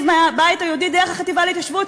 מהבית היהודי דרך החטיבה להתיישבות,